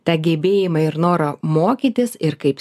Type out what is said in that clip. tą gebėjimą ir norą mokytis ir kaip